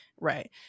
Right